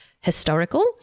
historical